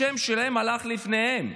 השם שלהם הלך לפניהם